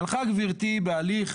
הלכה גברתי בהליך